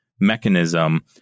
mechanism